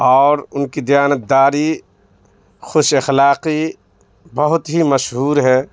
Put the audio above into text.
اور ان کی دیانت داری خوش اخلاقی بہت ہی مشہور ہے